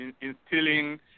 instilling